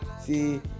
See